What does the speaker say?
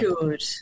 good